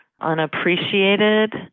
unappreciated